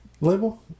Label